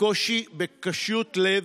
בקשיות לב,